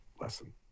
lesson